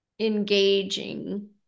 Engaging